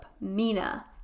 Mina